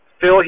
Phil